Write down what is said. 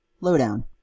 lowdown